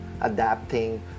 adapting